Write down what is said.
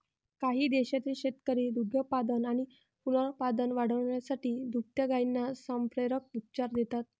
काही देशांतील शेतकरी दुग्धोत्पादन आणि पुनरुत्पादन वाढवण्यासाठी दुभत्या गायींना संप्रेरक उपचार देतात